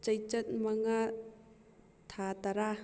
ꯆꯩꯆꯠ ꯃꯉꯥ ꯊꯥ ꯇꯔꯥ